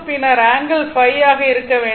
பின்னர் ஆங்கிள் ϕ ஆக இருக்க வேண்டும்